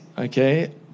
Okay